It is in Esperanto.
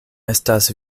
estas